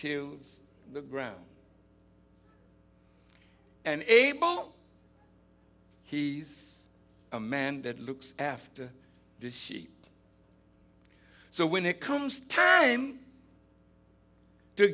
to the ground and abel he's a man that looks after the sheep so when it comes time to